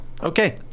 Okay